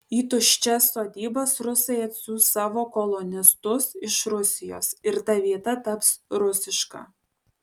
į tuščias sodybas rusai atsiųs savo kolonistus iš rusijos ir ta vieta taps rusiška